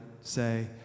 say